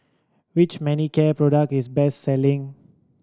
which Manicare product is the best selling